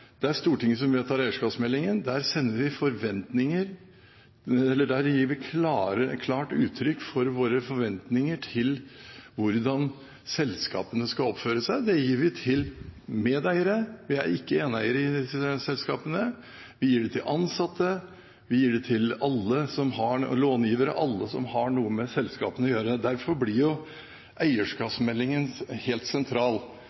Det er Stortinget som vedtar eierskapsmeldingen. Der gir vi klart uttrykk for våre forventninger til hvordan selskapene skal oppføre seg. Det gir vi til medeiere – vi er ikke eneeiere i disse selskapene – vi gir det til ansatte, vi gir det til långivere og alle som har noe med selskapene å gjøre. Derfor blir jo eierskapsmeldingen helt sentral.